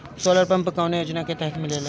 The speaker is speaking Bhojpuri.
सोलर पम्प कौने योजना के तहत मिलेला?